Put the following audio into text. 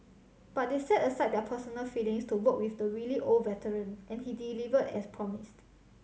but they set aside their personal feelings to work with the wily old veteran and he delivered as promised